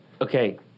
Okay